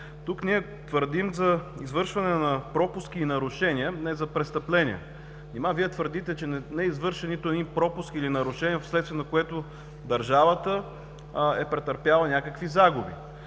Тук ние твърдим за извършване на пропуски и нарушения, а не за престъпления. Нима Вие твърдите, че не е извършен нито един пропуск или нарушение, в следствие на което държавата е претърпяла някакви загуби?